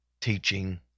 teaching